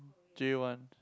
J one